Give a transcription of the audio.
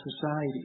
society